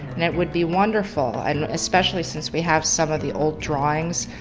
and it would be wonderful, and especially since we have some of the old drawings,